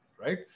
right